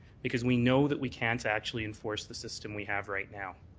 because we know that we can't actually enforce the system we have right now.